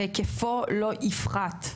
והיקפו לא יפחת.